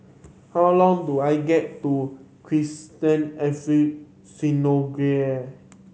how long do I get to El Synagogue